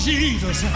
Jesus